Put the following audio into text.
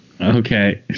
Okay